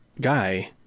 guy